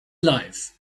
life